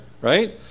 right